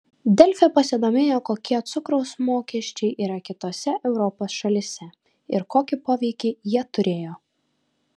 delfi pasidomėjo kokie cukraus mokesčiai yra kitose europos šalyse ir kokį poveikį jie turėjo